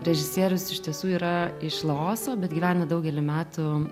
režisierius iš tiesų yra iš laoso bet gyvena daugelį metų